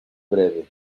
breve